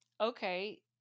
okay